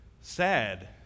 sad